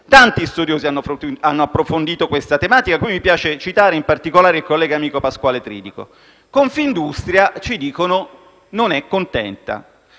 Tanti studiosi hanno approfondito questa tematica. In proposito, desidero citare, in particolare, il collega amico Pasquale Tridico. Confindustria - ci dicono - non è contenta.